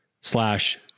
slash